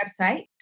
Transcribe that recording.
website